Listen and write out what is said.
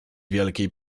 wielkiej